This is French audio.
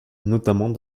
notamment